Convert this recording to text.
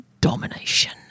domination